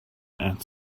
and